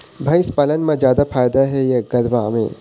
भंइस पालन म जादा फायदा हे या गरवा में?